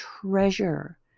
treasure